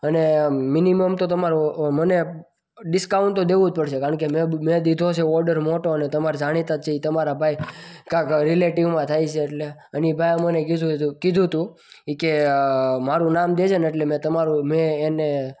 અને મિનિમમ તો તમારે મને ડિસ્કાઉન્ટ તો દેવું જ પડશે કારણ કે મેં દીધો છે ઓર્ડર મોટો અને તમારા જાણીતા જ છે ઈ તમારા ભાઈ કાં કંઈક રિલેટીવમાં થાય છે એટલે એ ભાઈએ મને કીધુ હતું કીધું તું એ કે મારું નામ દેજે ને એટલે તમારું એટલે મેં